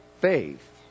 faith